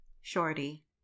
Shorty